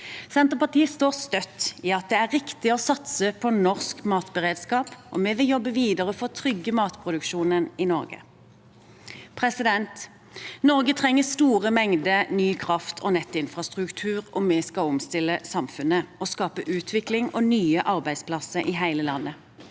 Senterpartiet står støtt i at det er riktig å satse på norsk matberedskap, og vi vil jobbe videre for å trygge matproduksjonen i Norge. Norge trenger store mengder ny kraft og nettinfrastruktur om vi skal omstille samfunnet og skape utvikling og nye arbeidsplasser i hele landet.